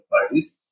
parties